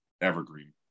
evergreen